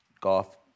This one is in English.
golf